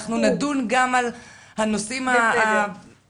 אנחנו נדון גם על הנושאים הנוספים.